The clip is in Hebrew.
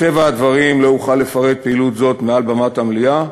מטבע הדברים לא אוכל לפרט פעילות זאת מעל במת המליאה,